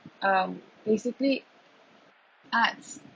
um basically arts